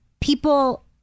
people